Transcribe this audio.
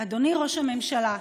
אדוני ראש הממשלה,